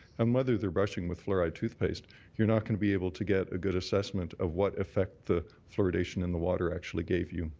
and whether they're brushing with fluoride toothpaste you're not going to be able to get a good assessment of what effect the fluoridation in the water actually gave you.